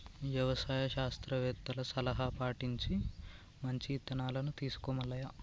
యవసాయ శాస్త్రవేత్తల సలహా పటించి మంచి ఇత్తనాలను తీసుకో మల్లయ్య